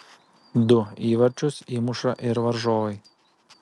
du įvarčius įmuša ir varžovai